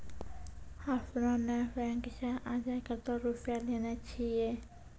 आपने ने बैंक से आजे कतो रुपिया लेने छियि?